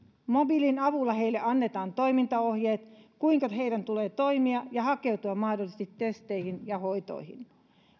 mobiilin avulla heille annetaan toimintaohjeet kuinka heidän tulee toimia ja hakeutua mahdollisesti testeihin ja hoitoihin